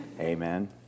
Amen